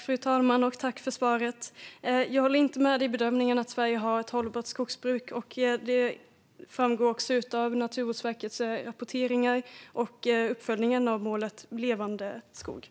Fru talman! Tack, statsrådet, för svaret! Jag håller inte med om bedömningen att Sverige har ett hållbart skogsbruk. Det framgår också av Naturvårdsverkets rapporteringar och uppföljningen av målet Levande skog